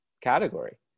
category